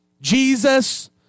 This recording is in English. Jesus